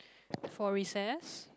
for recess